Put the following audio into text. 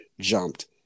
jumped